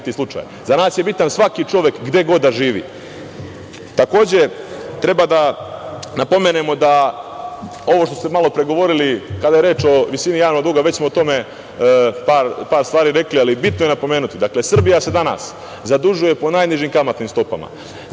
nas je bitan svaki čovek, gde god da živi. Takođe, treba da napomenemo da ovo što ste malopre govorili kada je reč o visini javnog duga, već smo o tome par stvari rekli, ali bitno je napomenuti, Srbija se danas zadužuje po najnižim kamatnim stopama.